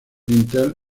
dintel